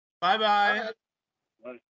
Bye-bye